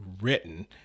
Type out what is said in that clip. written